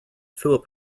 philip